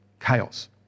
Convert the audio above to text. chaos